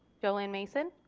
jolyn mason.